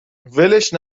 ولش